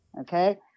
okay